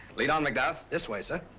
lead on mcduff. this way, sir.